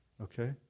okay